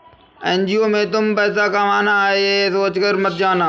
NGO में तुम पैसा कमाना है, ये सोचकर मत जाना